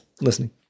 listening